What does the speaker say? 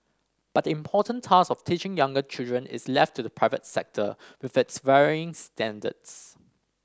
but the important task of teaching younger children is left to the private sector with its varying standards